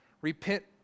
Repent